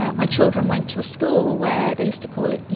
ah my children went to a school where they used to call it, you